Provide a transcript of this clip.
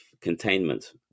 containment